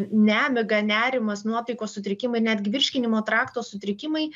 nemiga nerimas nuotaikos sutrikimai netgi virškinimo trakto sutrikimai